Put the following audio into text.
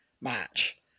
match